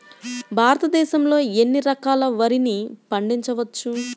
భారతదేశంలో ఎన్ని రకాల వరిని పండించవచ్చు